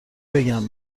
بگم